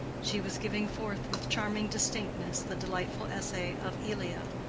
she was giving forth with charming distinctness the delightful essay of elia,